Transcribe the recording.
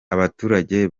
abaturage